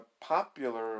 popular